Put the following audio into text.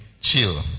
chill